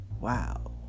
Wow